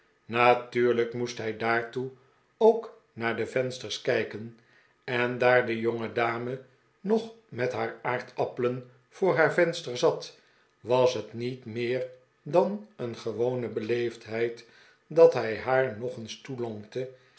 natuurlijk moest hij daartoe ook naar de vensters kijken en daar de jongedame nog met haar aardappelen voor haar venster zat was het niet meer dan een gewone beleefdheid dat hij haar nog eens